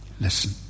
Listen